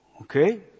Okay